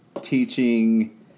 teaching